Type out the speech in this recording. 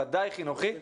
ודאי חינוכי,